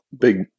big